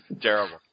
Terrible